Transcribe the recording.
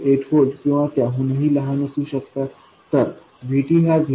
8 volt किंवा त्याहूनही लहान असू शकतात तर VT हा 0